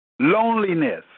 loneliness